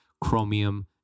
chromium